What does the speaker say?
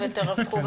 פה